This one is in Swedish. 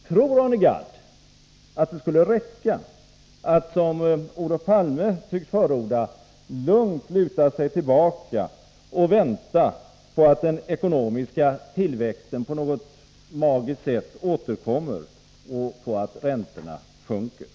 Tror Arne Gadd att det räcker med att, som Olof Palme tycks förorda, lugnt luta sig tillbaka och vänta på att den ekonomiska tillväxten på något magiskt sätt skall återkomma och på att räntorna skall sjunka?